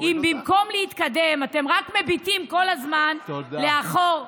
אם במקום להתקדם אתם רק מביטים כל הזמן לאחור,